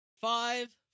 Five